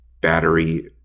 battery